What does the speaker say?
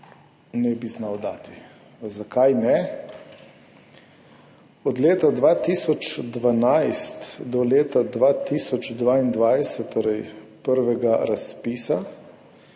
ga pričakujete. Zakaj ne? Od leta 2012 do leta 2022, torej prvega razpisa,